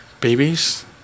babies